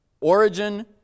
origin